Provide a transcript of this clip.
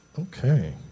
Okay